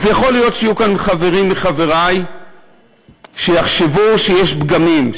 יכול להיות שיהיו כאן חברים מחברי שיחשבו שיש פגמים,